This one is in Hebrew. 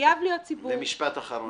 זה משפט אחרון, יעל.